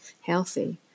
healthy